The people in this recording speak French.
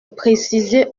préciser